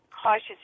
Cautious